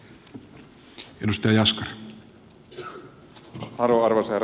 arvoisa herra puhemies